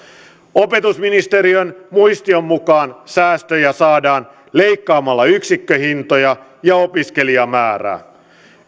opetusministeriön muistion mukaan säästöjä saadaan leikkaamalla yksikköhintoja ja opiskelijamäärää